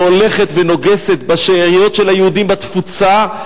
שהולכת ונוגסת בשאריות של היהודים בתפוצה,